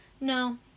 No